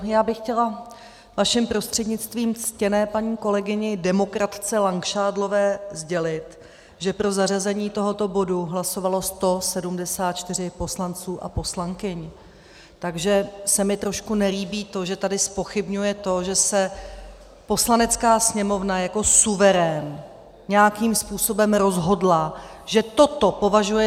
Já bych chtěla vaším prostřednictvím ctěné paní kolegyni demokratce Langšádlové sdělit, že pro zařazení tohoto bodu hlasovalo 174 poslanců a poslankyň, takže se mi trošku nelíbí to, že tady zpochybňuje to, že se Poslanecká sněmovna jako suverén nějakým způsobem rozhodla, že toto považuje za prioritu.